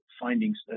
findings